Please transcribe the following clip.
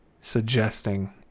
suggesting